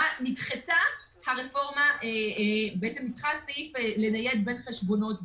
שבה נדחה הסעיף שמאפשר לנייד בין חשבונות בנק.